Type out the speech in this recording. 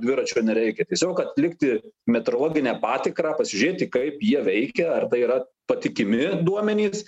dviračio nereikia tiesiog atlikti metrologinę patikrą pasižiūrėti kaip jie veikia ar tai yra patikimi duomenys